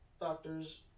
doctors